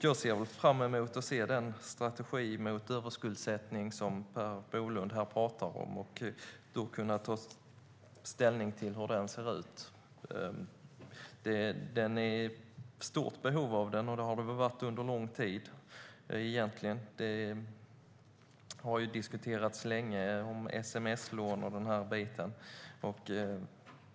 Jag ser fram emot att se den strategi mot överskuldsättning som Per Bolund här talar om och då kunna ta ställning till hur den ser ut. Det finns ett stort behov av den, och så har det väl varit under lång tid. Det har diskuterats länge om sms-lån och den biten.